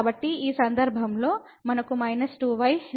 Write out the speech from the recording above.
కాబట్టి ఈ సందర్భంలో మనకు −2y లభిస్తుంది